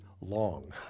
long